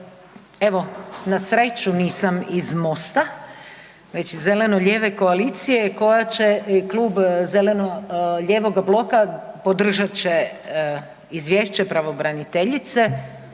Evo, na sreću, nisam iz Mosta već iz zeleno-lijeve koalicije koja će klub zeleno-lijevog bloka, podržat će Izvješće pravobraniteljice